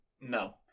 no